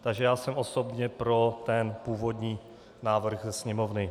Takže já jsem osobně pro ten původní návrh ze Sněmovny.